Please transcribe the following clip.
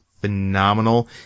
phenomenal